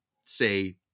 say